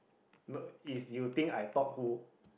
no it's you think I thought who